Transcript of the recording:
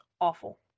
awful